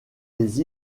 les